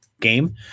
game